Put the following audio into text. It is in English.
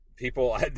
People